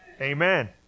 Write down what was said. Amen